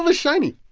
ah shiny.